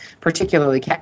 particularly